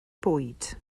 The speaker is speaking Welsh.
bwyd